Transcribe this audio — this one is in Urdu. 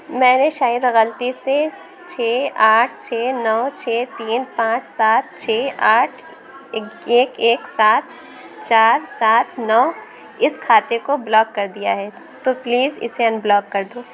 میں نے شاید غلطی سے چھ آٹھ چھ نو چھ تین پانچ سات چھ آٹھ ایک ایک سات چار سات نو اس کھاتے کو بلاک کر دیا ہے تو پلیز اسے انبلاک کر دو